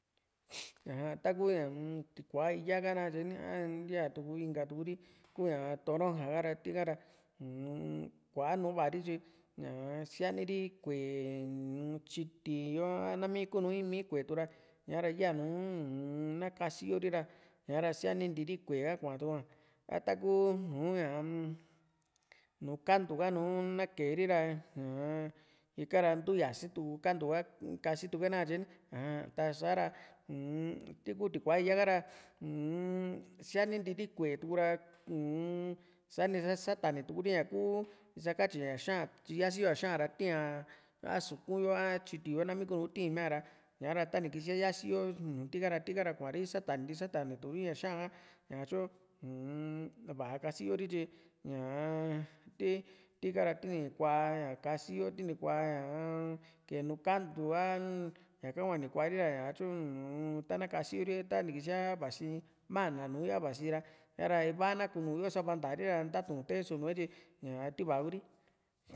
aja takuña tikùa´a íya ka na katyeni ntiaa tuku inka tuuri kuñaa toronja ha´ra tiika ra uun kuaa nu vari tyi ñaa síaani ri kuee tyiiti yo a nami kunu in mii kuetuura ñara yanu uu-n nakasiyo ri ra ñaara sianintii ri ku´e ha kuatukua a taku nùù ña nùù kantu ka nu na keri ra aa ikara ntu yasi tuku kantu ha kasituku´e nakatye ni aja ta sa´ra uun tiku tikùa´a íya kara uun sininti ri kué tuura uun sani satani turi ñakuu ntisakatyi ña xa´an tyi yasi yo ña xa´an ra ta ti´a a´suku yo a tyiti yo nami kuunu tiimi´a ra sa´ra tani kisia yasi yo tikara tika kuari satani ntii satanituri ña xa´an ka ñatyu uun va´a kasiyo ri tyi ñaa ti tikaa ra tini kuaa ña kasiyo tini kuaa ñaa kee nùù kantu a ñaka hua ni kuari ña´tyu uu-n ta na kasiyo ri ta ni kisiaa vasi ma´na nùù yo tavasi ra sa´ra iva na kunuyo savantari ra ntatuu te´e so nùe tyi ñaa ti va´a kuri